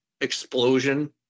explosion